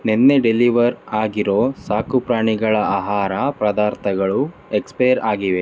ನೆನ್ನೆ ಡೆಲಿವರ್ ಆಗಿರೋ ಸಾಕುಪ್ರಾಣಿಗಳ ಆಹಾರ ಪದಾರ್ಥಗಳು ಎಕ್ಸ್ಪೈರ್ ಆಗಿವೆ